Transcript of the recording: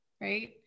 right